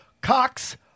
Cox